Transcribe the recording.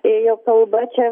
ėjo kalba čia